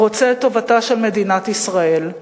רוצה את טובתה של מדינת ישראל,